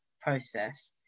process